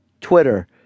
Twitter